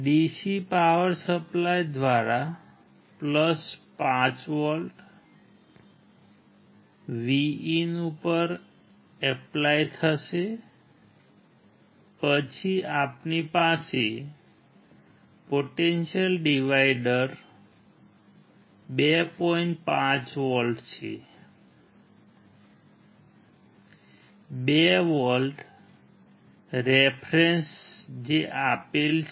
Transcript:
DC power supply દ્વારા 5V VIN ઉપર apply જે આપેલ છે